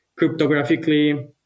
cryptographically